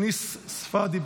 פיניס אל-ספדי,